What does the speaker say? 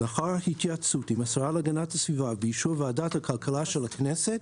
לאחר התייעצות עם השרה להגנת הסביבה ובאישור ועדת הכלכלה של הכנסת,